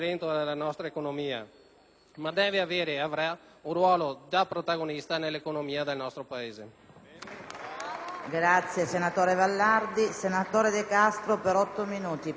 ma deve avere ed avrà un ruolo da protagonista nell'economia del nostro Paese.